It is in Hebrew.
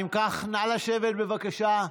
אם כך, נא לשבת, בבקשה.